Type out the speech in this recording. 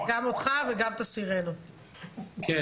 אני